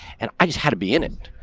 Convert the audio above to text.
and i just had to be in it.